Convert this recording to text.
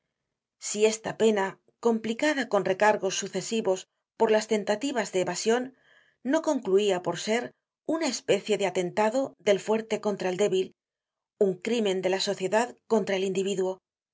si esta pena complicada con recargos sucesivos por las tentativas de evasion no concluia por ser una especie de atentado del fuerte contra el débil un crimen de la sociedad contra el individuo un crímen que